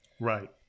Right